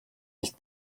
nicht